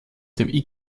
dem